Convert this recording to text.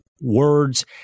words